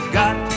got